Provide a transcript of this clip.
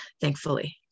thankfully